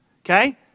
Okay